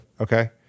Okay